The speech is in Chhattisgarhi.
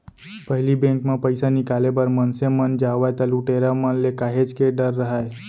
पहिली बेंक म पइसा निकाले बर मनसे मन जावय त लुटेरा मन ले काहेच के डर राहय